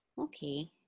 Okay